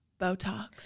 Botox